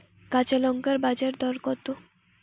কাঁচা লঙ্কার বাজার দর কত?